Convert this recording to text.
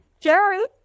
Jerry